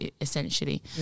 essentially